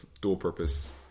dual-purpose